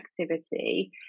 activity